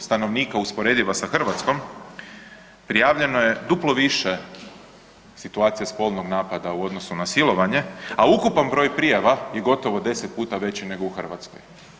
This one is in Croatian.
stanovnika usporediva sa Hrvatskom prijavljeno je duplo više situacija spolnog napada u odnosu na silovanje, a ukupan broj prijava je gotovo 10 puta veći nego u Hrvatskoj.